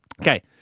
Okay